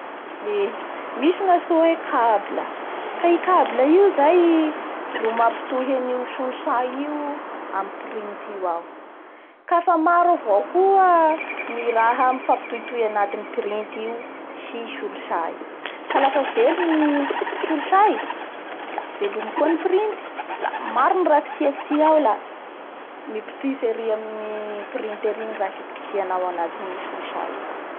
Eee misy ny atao hoe cable aka i cable io zay ro mampitohy an'io solosay io amin'ny printy io ao ka fa maro avao koa ny raha mifampitohitohy anatin'ny printy iosy solosay io ka lafa velo ny solosay la velomy koa ny printy la maro nty rah kitia kitia ao la mipotitsy ary amin'ny printy ary ny raha kitikitianao anaty ny solosay io ao.